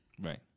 right